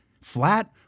flat